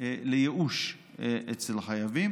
לייאוש אצל החייבים.